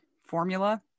formula